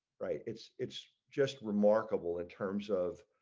right, it's it's just remarkable in terms of